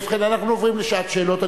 ובכן, אנחנו עוברים לשעת שאלות.